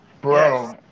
Bro